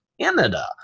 Canada